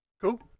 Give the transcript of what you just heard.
Cool